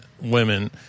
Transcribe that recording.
women